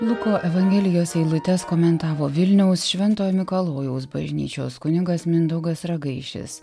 luko evangelijos eilutes komentavo vilniaus šventojo mikalojaus bažnyčios kunigas mindaugas ragaišis